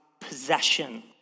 possession